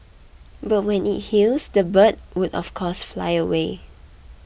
but when it heals the bird would of course fly away